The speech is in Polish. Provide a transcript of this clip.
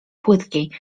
płytkiej